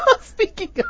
Speaking